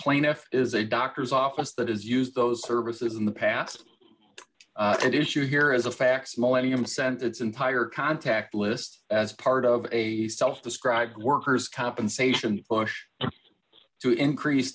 plaintiff is a doctor's office that is used those services in the past it is you here is a fax millennium sent its entire contact list as part of a self described worker's compensation push to increase